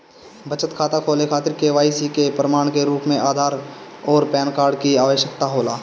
बचत खाता खोले खातिर के.वाइ.सी के प्रमाण के रूप में आधार आउर पैन कार्ड की आवश्यकता होला